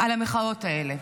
על המחאות האלה?